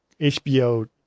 HBO